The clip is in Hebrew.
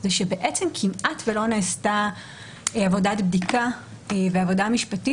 זה שבעצם כמעט ולא נעשתה עבודת בדיקה ועבודה משפטית